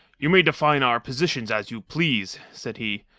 you may define our positions as you please, said he.